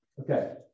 Okay